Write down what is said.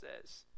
says